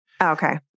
Okay